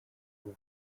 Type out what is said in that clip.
ubwo